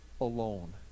alone